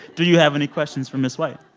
do you have any questions for miss white?